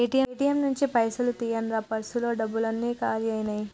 ATM నుంచి పైసలు తీయండ్రా పర్సులో డబ్బులన్నీ కాలి అయ్యినాయి